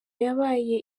yabaye